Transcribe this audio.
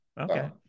okay